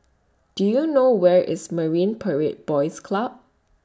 Do YOU know Where IS Marine Parade Boys Club